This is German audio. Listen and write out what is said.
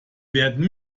werden